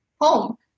home